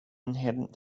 inherent